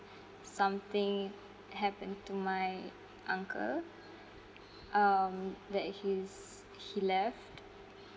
something happened to my uncle um that he's he left